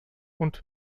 und